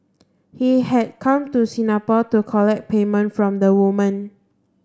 he had come to Singapore to collect payment from the woman